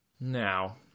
Now